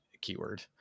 keyword